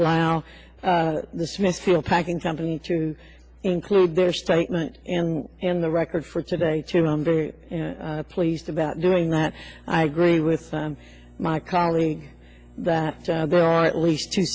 allow the smithfield packing company to include their statement and and the record for today to i'm very pleased about doing that i agree with my colleague that there are at least two